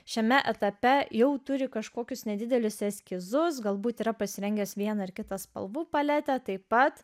šiame etape jau turi kažkokius nedidelius eskizus galbūt yra pasirengęs vieną ar kitą spalvų paletę taip pat